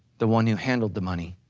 the one who handled the money,